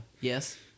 Yes